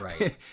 Right